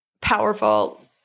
powerful